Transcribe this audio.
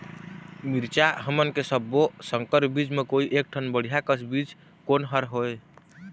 मिरचा हमन के सब्बो संकर बीज म कोई एक ठन बढ़िया कस बीज कोन हर होए?